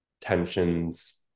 tensions